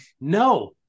No